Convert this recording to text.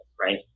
right